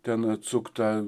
ten atsuktą